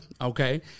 Okay